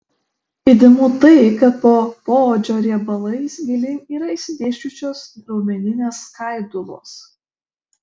įdomu tai kad po poodžio riebalais gilyn yra išsidėsčiusios raumeninės skaidulos